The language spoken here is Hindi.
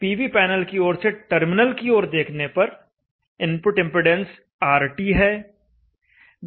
पीवी पैनल की ओर से टर्मिनल की ओर देखने पर इनपुट इंपेडेंस RT है